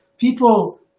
People